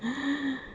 a'ah